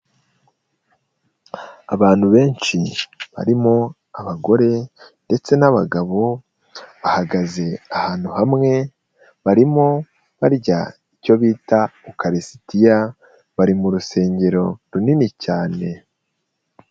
Abantu benshi barimo abagore ndetse n'abagabo, bahagaze ahantu hamwe, barimo barya icyo bita ukarisitiya, bari mu rusengero runini cyane.